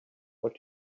what